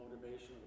motivation